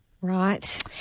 right